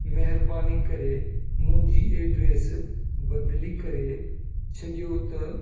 महिरबानी करे मुंहिंजी एड्रेस बदली करे छॾियो त